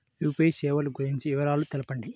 UPI సేవలు గురించి వివరాలు తెలుపండి?